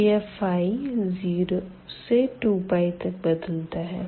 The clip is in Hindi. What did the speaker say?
तो यह 0 से 2πतक बदलता है